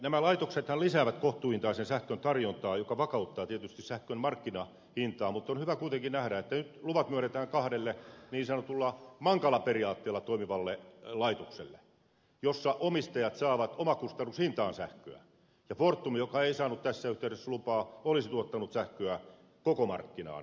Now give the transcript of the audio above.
nämä laitoksethan lisäävät kohtuuhintaisen sähkön tarjontaa joka vakauttaa tietysti sähkön markkinahintaa mutta on hyvä kuitenkin nähdä että nyt luvat myönnetään kahdelle niin sanotulla mankala periaatteella toimivalle laitokselle joissa omistajat saavat omakustannushintaan sähköä ja fortum joka ei saanut tässä yhteydessä lupaa olisi tuottanut sähköä koko markkinaan markkinaehtoisella hinnalla